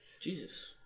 Jesus